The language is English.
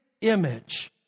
image